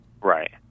Right